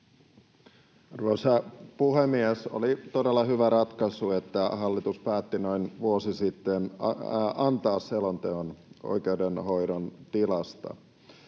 Arvoisa puhemies! Oli todella hyvä ratkaisu, että hallitus päätti noin vuosi sitten antaa selonteon oikeudenhoidon tilasta,